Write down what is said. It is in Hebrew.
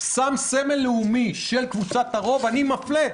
שם סמל לאומי של קבוצת הרוב אני מפלה.